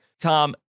Tom